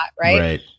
Right